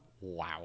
Wow